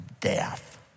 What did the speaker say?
death